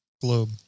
globe